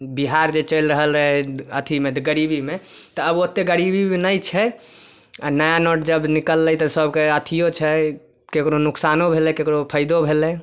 बिहार जे चलि रहल रहै अथीमे गरीबीमे तऽ आब ओतेक गरीबीमे नहि छै आओर नया नोट जब निकललै तऽ सब कहै अथिओ छै ककरो नोकसानो भेलै ककरो फाइदो भेलै